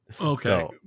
Okay